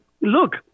look